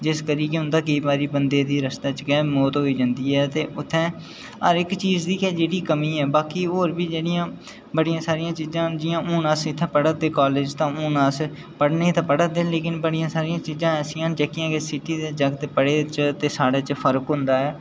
ते केईं बारी जेह्की बंदे दी उत्थै रस्ते च गै मौत होई जंदी ऐ ते उत्थै हर इक्क चीज़ दी गै जेह्ड़ी कमी ऐ बड़ियां सारियां चीज़ां न जि'यां हून अस इत्थै पढ़ा दे कॉलेज ते हून अस पढ़ने तां पढ़ा दे पर बड़ियां सारियां चीज़ां न जेह्ड़े की सिटी दे जागत् च ते साढ़े च फर्क होंदा ऐ